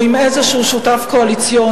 או עם איזה שותף קואליציוני,